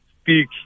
speak